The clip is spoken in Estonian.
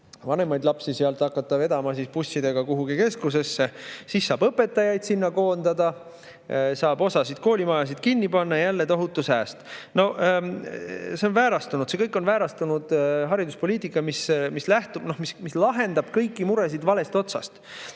vanemaid lapsi sealt hakata vedama bussidega kuhugi keskusesse. Siis saab õpetajaid sinna koondada, saab osa koolimajasid kinni panna, jälle tohutu sääst.No see on väärastunud, see kõik on väärastunud hariduspoliitika, mis lahendab kõiki muresid valest otsast.